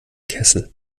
kessel